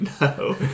No